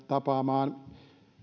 tapaamaan